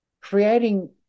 creating